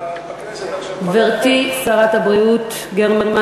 גברתי שרת הבריאות גרמן,